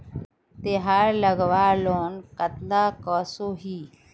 तेहार लगवार लोन कतला कसोही?